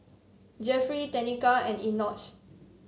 Jeffery Tenika and Enoch